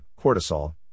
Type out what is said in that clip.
cortisol